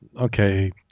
okay